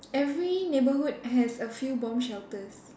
every neighborhood has a few bomb shelters